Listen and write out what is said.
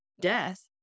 death